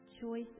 choice